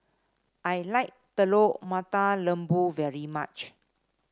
I like Telur Mata Lembu very much